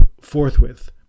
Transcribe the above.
forthwith